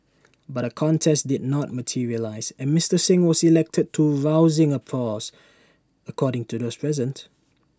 but A contest did not materialise and Mister Singh was elected to rousing applause according to those present